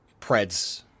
Preds